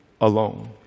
alone